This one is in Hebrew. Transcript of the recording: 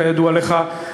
כידוע לך,